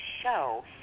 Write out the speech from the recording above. show